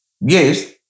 Yes